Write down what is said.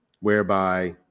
whereby